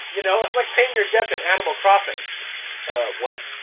you know, it's like paying your debt in animal crossing. ah what?